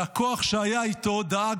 והכוח שהיה איתו דאג